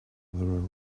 were